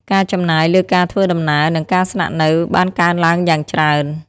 ការចំណាយលើការធ្វើដំណើរ និងការស្នាក់នៅបានកើនឡើងយ៉ាងច្រើន។